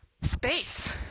space